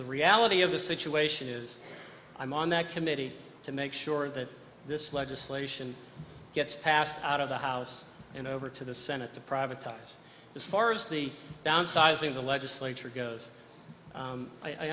the reality of the situation is i'm on that committee to make sure that this legislation gets passed out of the house and over to the senate the privatized as far as the downsizing the legislature goes